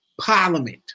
parliament